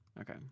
Okay